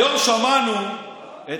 היום שמענו את